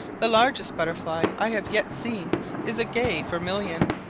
the largest butterfly i have yet seen is a gay vermilion,